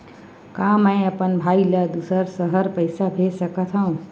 का मैं अपन भाई ल दुसर शहर पईसा भेज सकथव?